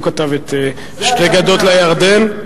הוא כתב: "שתי גדות לירדן".